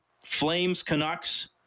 Flames-Canucks